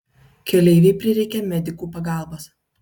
keleivei prireikė medikų pagalbos